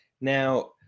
Now